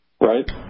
right